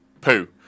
poo